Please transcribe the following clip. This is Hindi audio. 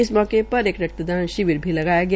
इस मौके पर एक रक्तदान शिविर भी लगाया गया